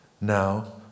Now